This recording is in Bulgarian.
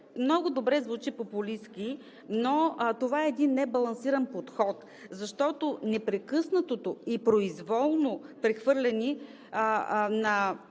Много добре звучи популистки, но това е един небалансиран подход. Защото непрекъснатото и произволно прехвърляне на